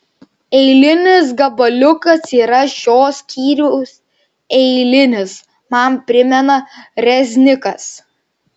eilinis gabaliukas yra šio skyriaus eilinis man primena reznikas